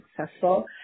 successful